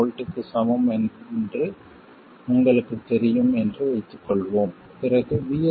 7 Vக்கு சமம் என்று உங்களுக்குத் தெரியும் என்று வைத்துக் கொள்வோம் பிறகு VS ஐ 6